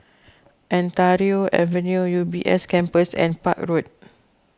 Ontario Avenue U B S Campus and Park Road